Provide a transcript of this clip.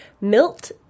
Milt